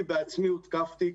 אני בעצמי הותקפתי,